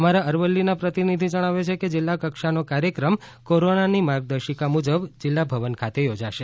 અમારા અરવલ્લીના પ્રતિનિધી જણાવે છે કે જિલ્લા કક્ષાનો કાર્યક્રમ કોરોનાની માર્ગદર્શિકા મુજબ જિલ્લા ભવન ખાતે યોજાશે